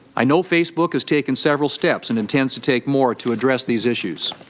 i know facebook has taken several steps and intends to take more to address these issues.